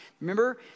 Remember